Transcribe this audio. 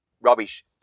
rubbish